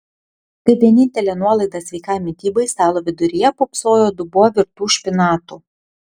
kaip vienintelė nuolaida sveikai mitybai stalo viduryje pūpsojo dubuo virtų špinatų